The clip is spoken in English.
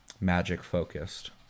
magic-focused